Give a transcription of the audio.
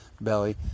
belly